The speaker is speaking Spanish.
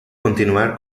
continuar